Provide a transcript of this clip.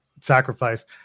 Sacrifice